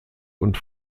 und